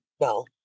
No